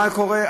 מה קורה.